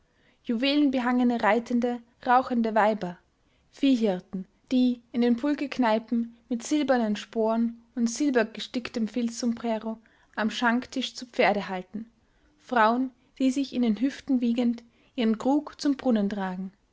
juwelenbehangene reitende rauchende weiber viehhirten die in den pulquekneipen mit silbernen sporen und silbergesticktem filzsombrero am schanktisch zu pferde halten frauen die sich in den hüften wiegend ihren krug zum brunnen tragen